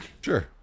sure